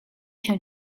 się